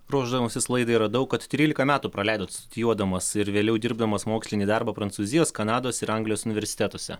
ruošdamasis laidai radau kad trylika metų praleidot studijuodamas ir vėliau dirbdamas mokslinį darbą prancūzijos kanados ir anglijos universitetuose